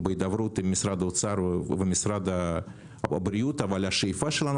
בהידברות עם משרד האוצר והבריאות אבל השאיפה שלנו